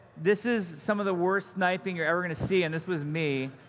this is some of the worst sniping you're ever going to see, and this was me.